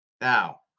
Now